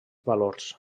valors